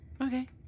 Okay